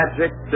Magic